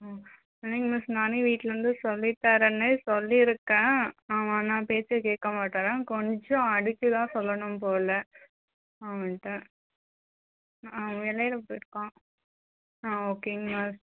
ம் சரிங்க மிஸ் நானே வீட்டில் இருந்து சொல்லி தரேன்னு சொல்லிருக்கேன் அவன் ஆனால் பேச்சே கேட்க மாட்டுகிறான் கொஞ்சம் அடித்து தான் சொல்லணும் போல அவன்கிட்ட அவன் வெளியில் போயிருக்கான் ஆ ஓகேங்க மிஸ்